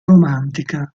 romantica